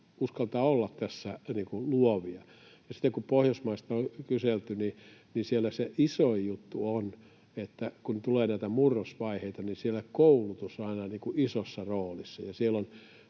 uskaltaa olla tässä luovia. Ja sitten kun Pohjoismaista on kyselty, niin siellä se isoin juttu on, että kun tulee näitä murrosvaiheita, niin siellä koulutus on aina isossa roolissa,